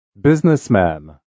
Businessman